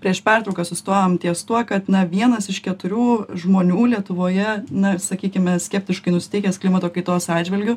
prieš pertrauką sustojom ties tuo kad na vienas iš keturių žmonių lietuvoje na sakykime skeptiškai nusiteikęs klimato kaitos atžvilgiu